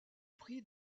prix